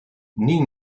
nik